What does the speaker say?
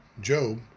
Job